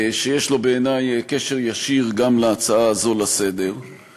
שיש לו בעיני קשר ישיר גם להצעה הזאת לסדר-היום,